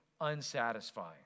unsatisfying